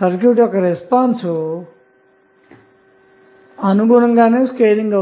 circuit యొక్క response తదనుగుణంగానే scale అవుతుంది